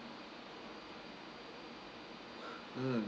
mm